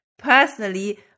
personally